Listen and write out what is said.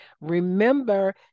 Remember